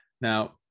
Now